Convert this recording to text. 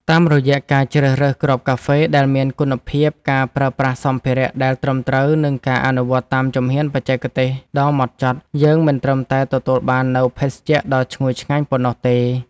តាមរយៈការជ្រើសរើសគ្រាប់កាហ្វេដែលមានគុណភាព ការប្រើប្រាស់សម្ភារៈដែលត្រឹមត្រូវ និងការអនុវត្តតាមជំហានបច្ចេកទេសដ៏ម៉ត់ចត់ យើងមិនត្រឹមតែទទួលបាននូវភេសជ្ជៈដ៏ឈ្ងុយឆ្ងាញ់ប៉ុណ្ណោះទេ។